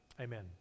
Amen